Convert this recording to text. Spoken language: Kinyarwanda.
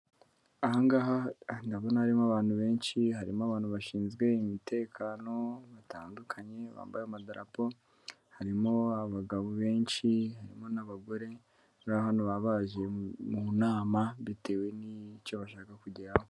Aha ngaha, aha ndabona harimo abantu benshi, harimo abantu bashinzwe umutekano batandukanye bambaye amadarapo, harimo abagabo benshi harimo n'abagore, bari hano baba baje mu nama, bitewe n'icyo bashaka kugeraho.